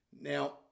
Now